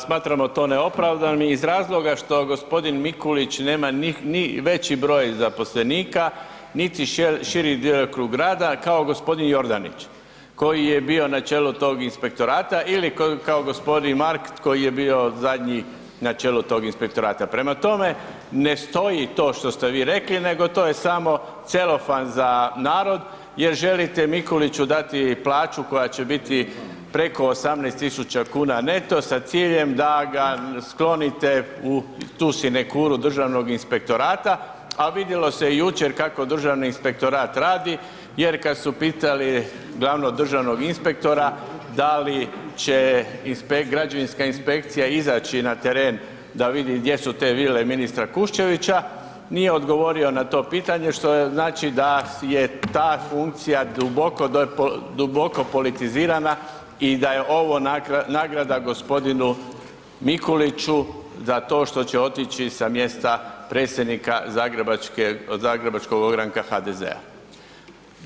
Smatramo to neopravdanim iz razloga što g. Mikulić nema ni veći broj zaposlenika, ni širi djelokrug rada kao g. Jordanić koji je bio na čelu tog inspektorata ili kao g. Markt koji je bio zadnji na čelu tog inspektorata, prema tome, ne stoji to što ste vi rekli nego, to je samo celofan za narod jer želite Mikuliću dati plaću koja će biti preko 18 tisuća kuna neto sa ciljem da ga sklonite u ti sinekuru Državnog inspektorata, a vidjelo se i jučer kako Državni inspektorat radi jer kad su pitali glavnog državnog inspektora da li će građevinska inspekcija izaći na teren da vidi gdje su te vile ministra Kuščevića, nije odgovorio na to pitanje, što znači da je ta funkcija duboko, duboko politizirana i da je ovo nagrada g. Mikuliću za to što će otići sa mjesta predsjednika zagrebačkog ogranka HDZ-a.